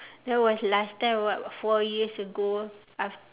that was last time what four years ago aft~